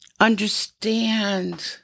Understand